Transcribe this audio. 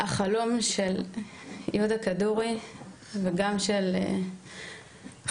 החלום של יהודה כדורי וגם של חמותי,